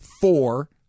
four